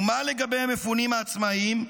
ומה לגבי המפונים העצמאיים,